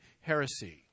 heresy